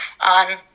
on